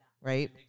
right